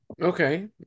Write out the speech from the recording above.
Okay